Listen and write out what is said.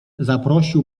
zaprosił